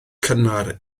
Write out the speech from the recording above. cynnar